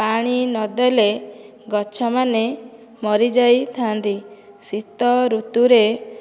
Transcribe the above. ପାଣି ନଦେଲେ ଗଛମାନେ ମରିଯାଇଥାନ୍ତି ଶୀତ ଋତୁରେ